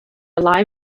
live